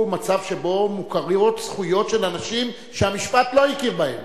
מצב שבו מוכרות זכויות של אנשים שהמשפט לא הכיר בהן.